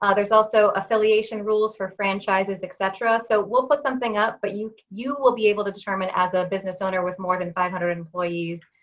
ah there's also affiliation rules for franchises, etc. so we'll put something up. but you you will be able to determine as a business owner with more than five employees,